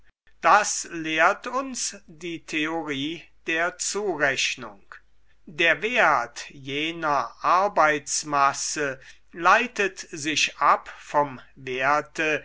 das lehrt uns die theorie der zurechnung der wert jener arbeitsmasse leitet sich ab vom werte